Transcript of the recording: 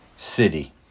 City